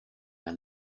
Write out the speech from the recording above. der